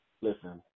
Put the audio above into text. Listen